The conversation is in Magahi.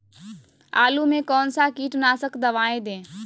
आलू में कौन सा कीटनाशक दवाएं दे?